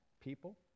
people